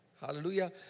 Hallelujah